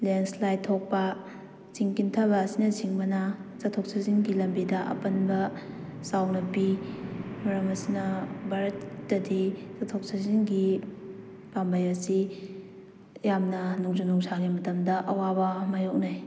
landslide ꯊꯣꯛꯄ ꯆꯤꯡ ꯀꯤꯟꯊꯕ ꯑꯁꯤꯅꯆꯤꯡꯕꯅ ꯆꯠꯊꯣꯛ ꯆꯠꯁꯤꯟꯒꯤ ꯂꯝꯕꯤꯗ ꯑꯄꯟꯕ ꯆꯥꯎꯅꯄꯤ ꯃꯔꯝ ꯑꯁꯤꯅ ꯚꯥꯔꯠꯇꯗꯤ ꯆꯠꯊꯣꯛ ꯆꯠꯁꯤꯟꯒꯤ ꯄꯥꯝꯕꯩ ꯑꯁꯤ ꯌꯥꯝꯅ ꯅꯨꯡꯖꯨ ꯅꯨꯡꯁꯥꯒꯤ ꯃꯇꯝꯗ ꯑꯋꯥꯕ ꯃꯥꯏꯌꯣꯛꯅꯩ